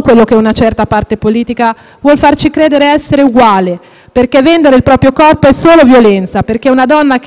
quello che una certa parte politica vuole farci credere essere uguale perché vendere il proprio corpo è solo violenza. Una donna che, infatti, dà il proprio utero lo fa per soldi, nient'altro.